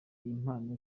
impano